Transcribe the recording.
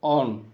on